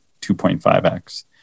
2.5X